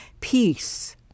peace